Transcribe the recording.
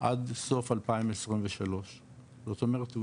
עד סוף 2023. זאת אומרת,